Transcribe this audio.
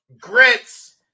Grits